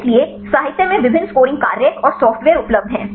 इसलिए साहित्य में विभिन्न स्कोरिंग कार्य और सॉफ्टवेयर उपलब्ध हैं